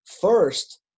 first